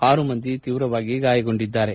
ಆರು ಮಂದಿ ತೀವ್ರವಾಗಿ ಗಾಯಗೊಂಡಿದ್ದಾರೆ